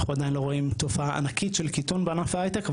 אנחנו עדיין לא רואים תופעה ענקית של קיטון בענף ההייטק,